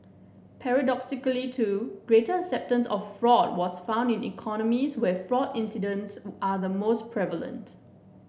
paradoxically too greater acceptance of fraud was found in economies where fraud incidents are the most prevalent